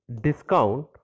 discount